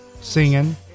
singing